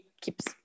keeps